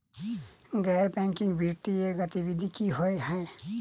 गैर बैंकिंग वित्तीय गतिविधि की होइ है?